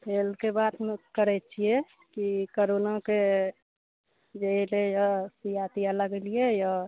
खेलके बात नहि करैत छियै कि करोनाके जे एलैयऽ सुइया तुइया लगेलियैया